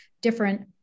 different